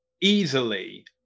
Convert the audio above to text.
easily